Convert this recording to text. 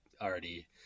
already